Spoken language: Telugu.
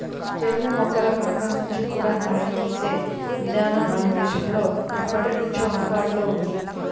జనుము మొక్కల కాండం నుంచి కూడా నారని తీసే ఇదానం మన దేశంలో ఎప్పట్నుంచో అందుబాటులో ఉంది